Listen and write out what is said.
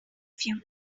few